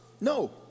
No